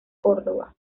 córdoba